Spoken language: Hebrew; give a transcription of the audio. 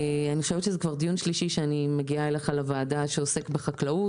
זה דיון שלישי בנושא חקלאות בוועדה זו שבו אני לוקחת חלק,